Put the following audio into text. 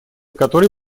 которые